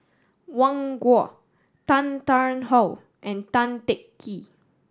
Wang Gung Tan Tarn How and Tan Teng Kee